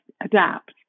adapt